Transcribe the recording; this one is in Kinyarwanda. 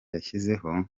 yashyizeho